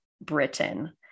Britain